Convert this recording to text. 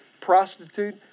prostitute